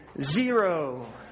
zero